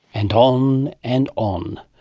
and on, and on.